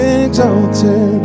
exalted